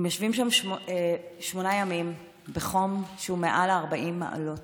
הם יושבים שם שמונה ימים בחום שהוא מעל 40 מעלות,